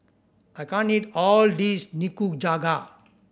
I can't eat all his Nikujaga